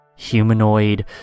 humanoid